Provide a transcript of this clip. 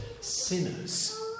sinners